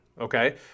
Okay